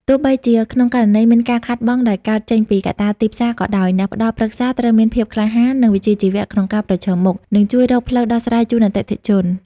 ទោះបីជាក្នុងករណីមានការខាតបង់ដែលកើតចេញពីកត្តាទីផ្សារក៏ដោយ អ្នកផ្ដល់ប្រឹក្សាត្រូវមានភាពក្លាហាន និងវិជ្ជាជីវៈក្នុងការប្រឈមមុខ និងជួយរកផ្លូវដោះស្រាយជូនអតិថិជន។